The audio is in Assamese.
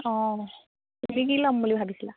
অঁ তুমি কি ল'ম বুলি ভাবিছিলা